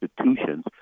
institutions